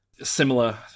Similar